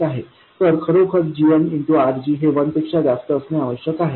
तर खरोखर gm RG हे 1 पेक्षा जास्त असणे आवश्यक आहे